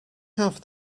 have